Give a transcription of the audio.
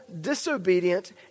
disobedient